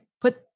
put